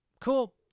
cool